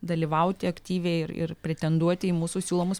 dalyvauti aktyviai ir ir pretenduoti į mūsų siūlomus